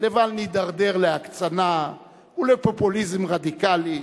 לבל נידרדר להקצנה ולפופוליזם רדיקלי,